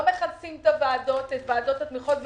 לא מכנסים את ועדות התמיכות,